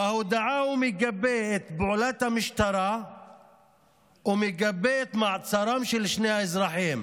ובהודעה הוא מגבה את פעולת המשטרה ומגבה את מעצרם של שני האזרחים.